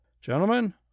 gentlemen